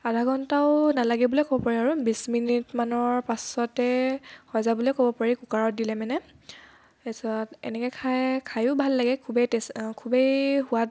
আধা ঘণ্টাও নালাগে বুলিয়ে ক'ব পাৰি আৰু বিশ মিনিটমানৰ পাছতে হৈ যায় বুলিয়ে ক'ব পাৰি কুকাৰত দিলে মানে তাৰপাছত এনেকৈ খাই খায়ো ভাল লাগে খুবেই টেষ্ট খুবেই সোৱাদ